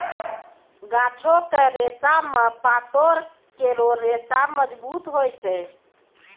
गाछो क रेशा म पातो केरो रेशा मजबूत होय छै